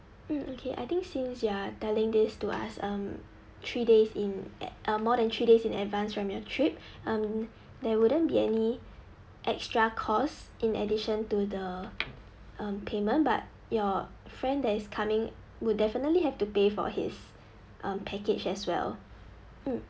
mm okay I think since you're telling this to us um three days in uh more than three days in advance from your trip um there wouldn't be any extra costs in addition to the um payment but your friend that is coming would definitely have to pay for his um package as well mm